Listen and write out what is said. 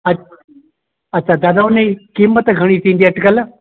अच्छा दादा उन ई क़ीमत घणी थींदी अॼुकल्ह